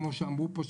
כמו שאמרו פה,